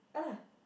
!han nah!